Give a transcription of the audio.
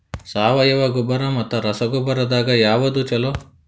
ಸಾವಯವ ಗೊಬ್ಬರ ಮತ್ತ ರಸಗೊಬ್ಬರದಾಗ ಯಾವದು ಛಲೋ?